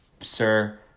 Sir